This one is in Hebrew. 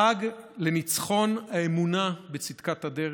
חג לניצחון האמונה בצדקת הדרך,